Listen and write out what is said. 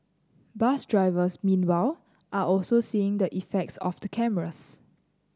bus drivers meanwhile are also seeing the effects of the cameras